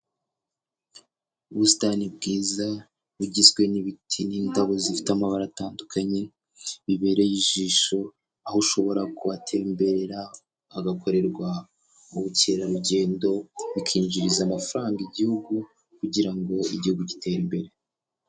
Ubusitani bwiza, bugizwe n'ibiti n'indabo zifite amabara atandukanye, bibereye ijisho aho ushobora kuhatemberera, hagakorerwa ubukerarugendo bikinjiriza amafaranga igihugu, kugira ngo igihugu giite imbere.